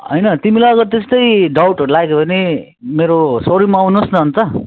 होइन तिमीलाई अब त्यस्तै डाउटहरू लाग्यो भने मेरो सो रुममा आउनुहोस् न अनि त